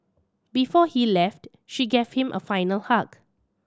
before he left she gave him a final hug